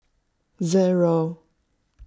zero